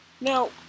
Now